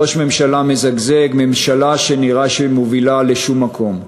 ראש ממשלה מזגזג, ממשלה שנראה שמובילה לשום מקום.